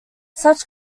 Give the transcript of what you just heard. such